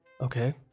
okay